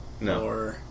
No